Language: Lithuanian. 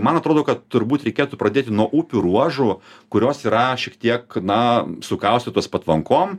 man atrodo kad turbūt reikėtų pradėti nuo upių ruožų kurios yra šiek tiek na sukaustytos patvankom